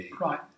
Right